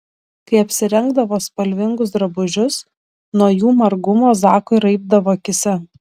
kai apsirengdavo spalvingus drabužius nuo jų margumo zakui raibdavo akyse